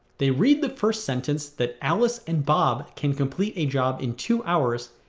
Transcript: they read the first sentence, that alice and bob can complete a job in two hours,